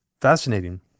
Fascinating